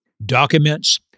Documents